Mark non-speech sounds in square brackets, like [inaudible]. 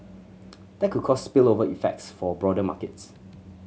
[noise] that could cause spillover effects for broader markets